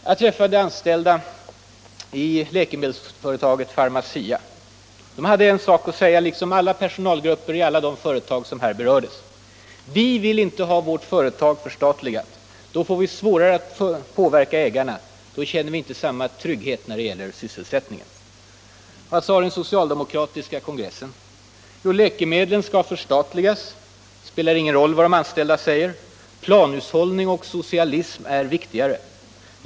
Jag har träffat de anställda på läkemedelsföretaget Pharmacia i Uppsala. De hade en sak att säga, liksom alla personalgrupper i de olika företag som här berördes: ”Vi vill inte ha vårt företag förstatligat. Då blir det svårare för oss att påverka ägarna. Då känner vi inte samma trygghet när det gäller sysselsättningen.” Vad sade den socialdemokratiska partikongressen? Jo, att läkemedelsföretagen skall förstatligas — det spelar ingen roll vad de anställda säger. Planhushållning och socialism är viktigare.